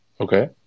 okay